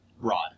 rod